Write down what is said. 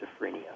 schizophrenia